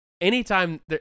Anytime